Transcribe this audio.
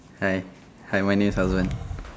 hi hi my name is hazwan